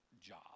job